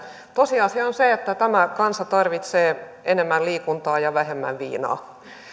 tosiasia on se että tämä kansa tarvitsee enemmän liikuntaa ja vähemmän viinaa